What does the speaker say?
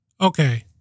Okay